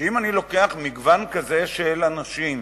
שאם אני לוקח מגוון כזה של אנשים,